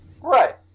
right